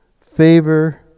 favor